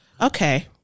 Okay